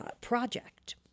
project